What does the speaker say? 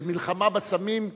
למלחמה בסמים,